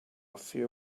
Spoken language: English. few